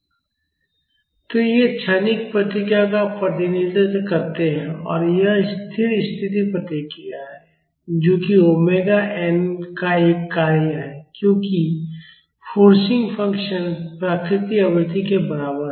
cost तो वे क्षणिक प्रतिक्रिया का प्रतिनिधित्व करते हैं और यह स्थिर स्थिति प्रतिक्रिया है जो कि ओमेगा n का एक कार्य है क्योंकि फोर्सिंग फ़ंक्शन प्राकृतिक आवृत्ति के बराबर है